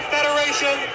Federation